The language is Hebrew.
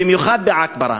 במיוחד בעכברה,